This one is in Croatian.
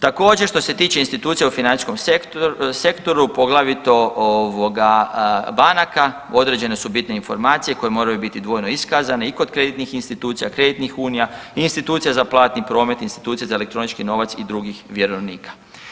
Također što se tiče institucija u financijskom sektoru poglavito banaka određene su bitne informacije koje moraju biti dvojno iskazane i kod kreditnih institucija, kreditnih unija, institucija za platni promet, institucija za elektronički novac i drugih vjerovnika.